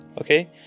okay